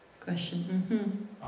question